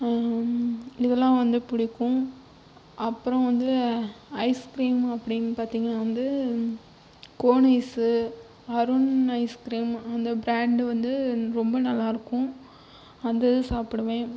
இதெல்லாம் வந்து பிடிக்கும் அப்பறம் வந்து ஐஸ்கீரிம் அப்படின்னு பார்த்திங்கன்னா வந்து கோன் ஐஸ்சு அருண் ஐஸ்கீரிம் அந்த பிராண்டு வந்து ரொம்ப நல்லா இருக்கும் அந்த இது சாப்பிடுவேன்